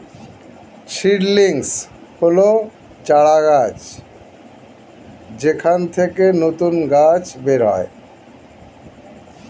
seedlings হল চারাগাছ যেখান থেকে নতুন গাছ বের হয়